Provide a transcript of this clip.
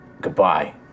Goodbye